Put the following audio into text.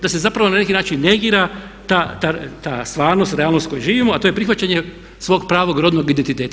Da se zapravo na neki način negira ta stvarnost, realnost koju živimo, a to je prihvaćanje svog pravog rodnog identiteta.